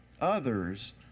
Others